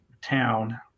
town